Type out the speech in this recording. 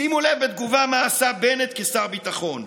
שימו לב, בתגובה, מה עשה בנט כשר ביטחון: